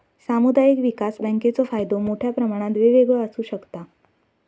सामुदायिक विकास बँकेचो फायदो मोठ्या प्रमाणात वेगवेगळो आसू शकता